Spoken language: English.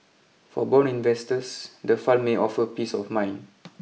for bond investors the fund may offer peace of mind